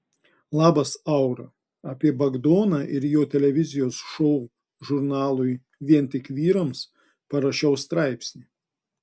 labas aura apie bagdoną ir jo televizijos šou žurnalui vien tik vyrams parašiau straipsnį